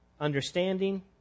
understanding